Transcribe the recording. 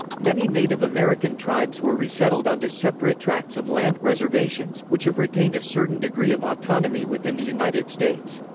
many native american tribes were resettled onto separate tracts of land reservations, which have retained a certain degree of autonomy within the united states.